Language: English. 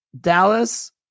Dallas